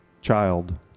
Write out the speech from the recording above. child